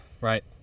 Right